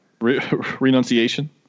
Renunciation